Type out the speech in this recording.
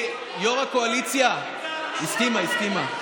יו"ר הקואליציה, הסכימה, הסכימה.